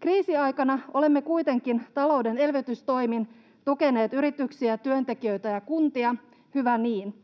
Kriisiaikana olemme kuitenkin tukeneet talouden elvytystoimin yrityksiä, työntekijöitä ja kuntia. Hyvä niin.